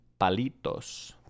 palitos